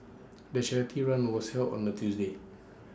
the charity run was held on A Tuesday